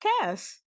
cast